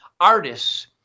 artists